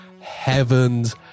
heavens